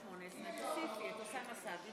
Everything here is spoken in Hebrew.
נתקבלה.